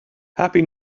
happy